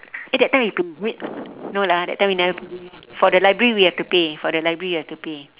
eh that time we pay is it no lah that time we never for the library we have to pay for the library we have to pay